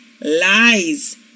lies